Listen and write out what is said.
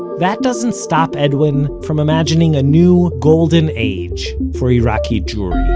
that doesn't stop edwin from imagining a new, golden age for iraqi jewry